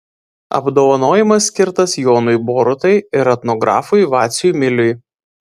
apdovanojimas skirtas jonui borutai ir etnografui vaciui miliui